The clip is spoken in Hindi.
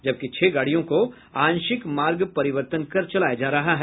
जबकि छह गाड़ियों को आंशिक मार्ग परिवर्तन कर चलाया जा रहा है